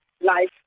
life